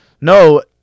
No